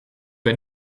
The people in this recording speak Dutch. ben